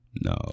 No